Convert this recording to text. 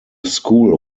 school